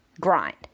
grind